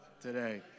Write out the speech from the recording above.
today